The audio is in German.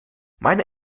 meine